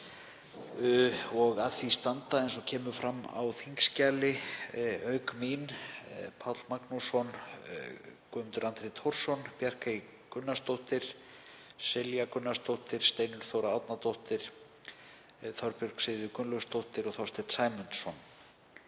Að því standa, eins og kemur fram á þingskjali, auk mín, Páll Magnússon, Guðmundur Andri Thorsson, Bjarkey Olsen Gunnarsdóttir, Silja Dögg Gunnarsdóttir, Steinunn Þóra Árnadóttir, Þorbjörg Sigríður Gunnlaugsdóttir og Þorsteinn Sæmundsson,